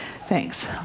Thanks